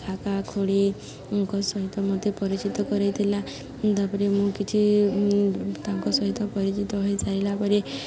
କାକା ଖୁଡ଼ିଙ୍କ ସହିତ ମୋତେ ପରିଚିତ କରାଇଥିଲା ତା'ପରେ ମୁଁ କିଛି ତାଙ୍କ ସହିତ ପରିଚିତ ହୋଇସାରିଲା ପରେ